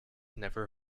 never